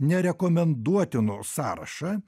nerekomenduotinų sąrašą